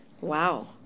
Wow